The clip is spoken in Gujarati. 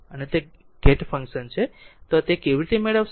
અને તે એક ગેટ ફંક્શન છે તો તેને કેવી રીતે મળશે